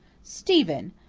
stephen,